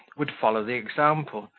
would follow the example,